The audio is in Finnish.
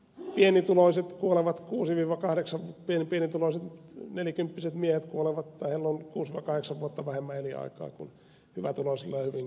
ne pienituloiset kuolevat kuusi iv kahdeksan pienen pienet avasi suomessa pienituloisilla nelikymppisillä miehillä on kuusikahdeksan vuotta vähemmän elinaikaa kuin hyvätuloisilla ja hyvin koulutetuilla